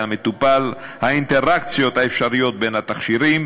המטופל והאינטראקציות האפשריות בין התכשירים,